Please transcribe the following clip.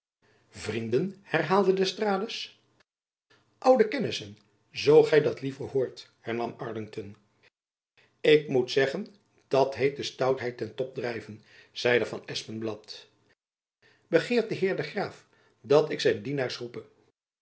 vrienden herhaalde d'estrades oude kennissen zoo gy dat liever hoort hernam arlington ik moet zeggen dat heet de stoutheid ten top drijven zeide van espenblad begeert de heer graaf dat ik zijn dienaars roepe